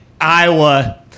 Iowa